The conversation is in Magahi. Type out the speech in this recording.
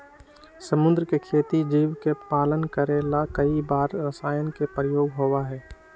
समुद्र के खेती जीव के पालन करे ला कई बार रसायन के प्रयोग होबा हई